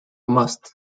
must